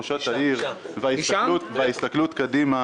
עם הגישה של ראשת העיר וההסתכלות קדימה,